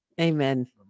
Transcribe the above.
Amen